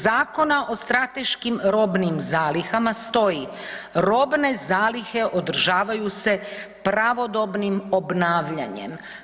Zakona o strateškim robnim zalihama stoji „robne zalihe održavaju se pravodobnim obnavljanjem“